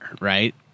right